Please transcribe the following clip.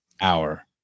Hour